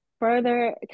further